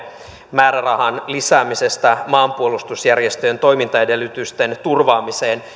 määrärahan lisäämisestä maanpuolustusjärjestöjen toimintaedellytysten turvaamiseen